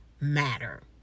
matter